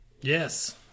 Yes